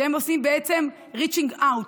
שעושים ‏reaching out,